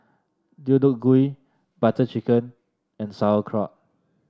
Deodeok Gui Butter Chicken and Sauerkraut